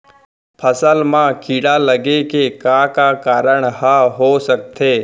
फसल म कीड़ा लगे के का का कारण ह हो सकथे?